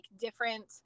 different